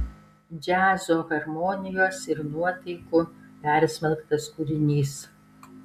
džiazo harmonijos ir nuotaikų persmelktas kūrinys